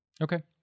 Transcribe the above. Okay